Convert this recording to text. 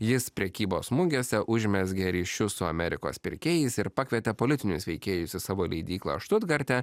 jis prekybos mugėse užmezgė ryšius su amerikos pirkėjais ir pakvietė politinius veikėjus į savo leidyklą štutgarte